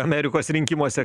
amerikos rinkimuose